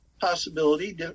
possibility